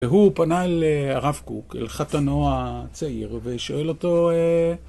והוא פנה אל הרב קוק, אל חתנו הצעיר, ושואל אותו...